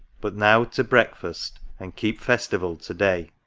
but now to breakfast, and keep festival to-day.